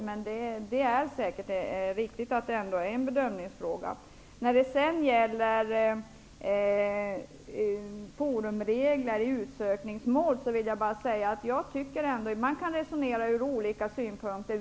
Men det är säkert riktigt att detta är en bedömningsfråga. När det sedan gäller forumregler i utsökningsmål kan man resonera om vilket som är det bästa ur olika synpunkter.